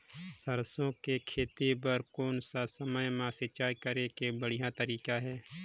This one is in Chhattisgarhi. सरसो के खेती बार कोन सा समय मां सिंचाई करे के बढ़िया तारीक हे?